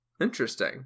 Interesting